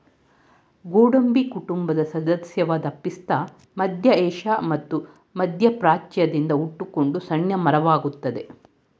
ಗೋಡಂಬಿ ಕುಟುಂಬದ ಸದಸ್ಯವಾದ ಪಿಸ್ತಾ ಮಧ್ಯ ಏಷ್ಯಾ ಮತ್ತು ಮಧ್ಯಪ್ರಾಚ್ಯದಿಂದ ಹುಟ್ಕೊಂಡ ಸಣ್ಣ ಮರವಾಗಯ್ತೆ